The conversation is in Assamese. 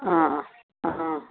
অঁ অঁ অঁ অঁ